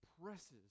presses